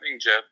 Jeff